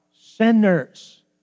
sinners